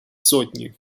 сотни